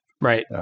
right